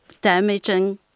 damaging